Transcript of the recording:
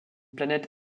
planète